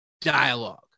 dialogue